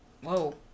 Whoa